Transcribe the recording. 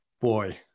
boy